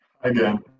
Again